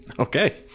okay